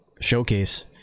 showcase